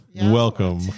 Welcome